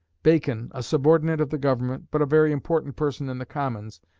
bacon, a subordinate of the government, but a very important person in the commons,